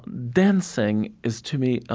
dancing is, to me, ah